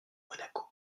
monaco